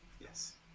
Yes